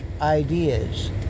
ideas